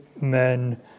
men